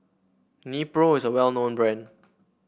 nepro is a well known brand